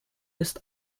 ist